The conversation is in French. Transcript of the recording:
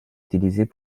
utilisées